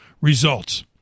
Results